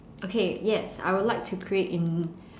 okay yes I will like to create in